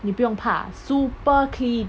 你不用怕 super clean